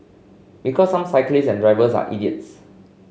because some cyclists and drivers are idiots